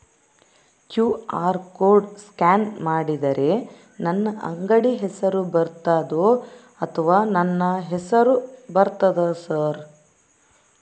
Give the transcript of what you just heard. QR code scan ಮಾಡಿದರೆ ನನ್ನ ಅಂಗಡಿ ಹೆಸರು ಬರ್ತದೋ ಅಥವಾ ನನ್ನ ಹೆಸರು ಬರ್ತದ ಸರ್?